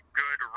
good